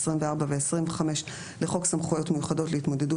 24 ו-25 לחוק סמכויות מיוחדות להתמודדות